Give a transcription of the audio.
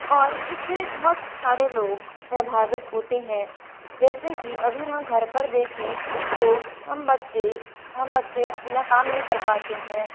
और इससे बहुत सारे लोग प्रभावित होते हैं जैसे की अगर हम घर पर देखें तो हम बच्चे हम बच्चे अपना काम नहीं कर पाते हैं